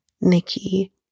Nikki